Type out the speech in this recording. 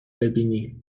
ببینی